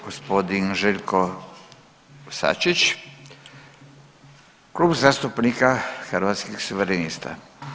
Gospodin Željko Sačić, Klub zastupnika Hrvatskih suverenista.